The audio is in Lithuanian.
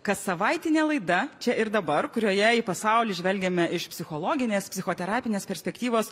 kassavaitinė laida čia ir dabar kurioje į pasaulį žvelgiame iš psichologinės psichoterapinės perspektyvos